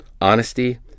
Honesty